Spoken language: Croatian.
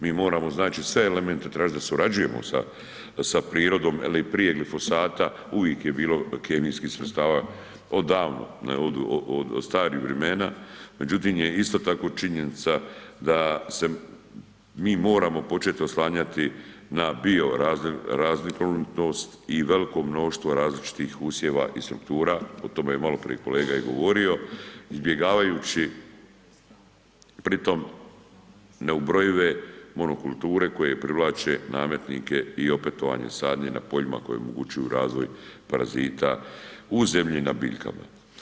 Mi moramo znači sve elemente tražiti da surađujemo sa prirodom jel i prije glifosata uvijek je bilo kemijskih sredstava odavno, od starih vremena, međutim je isto tako činjenica da se mi moramo početi oslanjati na bioraznolikost i velikog mnoštva različitih usjeva i struktura, o tome je maloprije kolega i govorio, izbjegavajući pri tom neubrojive monokulture koje privlače nametnike i opetovanje sadnje na poljima koje omogućuju razvoj parazita u zemlji na biljkama.